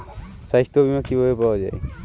সাস্থ্য বিমা কি ভাবে পাওয়া যায়?